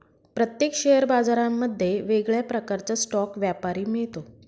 प्रत्येक शेअर बाजारांमध्ये वेगळ्या प्रकारचा स्टॉक व्यापारी मिळतो